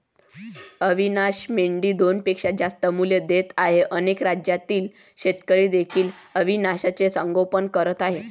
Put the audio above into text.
अविशान मेंढी दोनपेक्षा जास्त मुले देत आहे अनेक राज्यातील शेतकरी देखील अविशानचे संगोपन करत आहेत